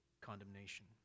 condemnation